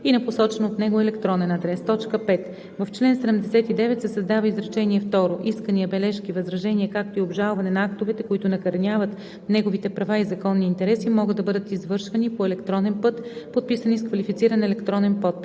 и на посочен от него електронен адрес.“ 5. В чл. 79 се създава изречение второ: „Искания, бележки, възражения, както и обжалване на актовете, които накърняват неговите права и законни интереси, могат да бъдат извършвани по електронен път, подписани с квалифициран електронен подпис.“